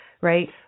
right